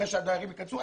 אחרי שהדיירים ייכנסו?